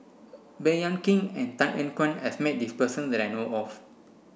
Baey Yam Keng and Tan Ean Kiam has met this person that I know of